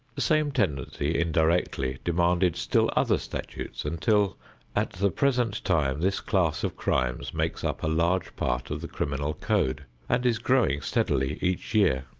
the same tendency, indirectly, demanded still other statutes until at the present time this class of crimes makes up a large part of the criminal code and is growing steadily each year.